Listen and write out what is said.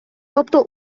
тобто